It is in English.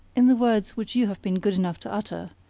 in the words which you have been good enough to utter,